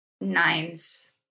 nines